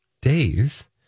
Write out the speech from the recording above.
days